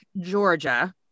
Georgia